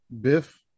Biff